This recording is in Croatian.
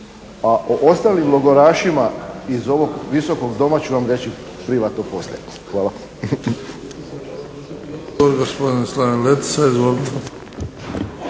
o ostalim logorašima iz ovog Visokog doma ću vam reći … /Govornik se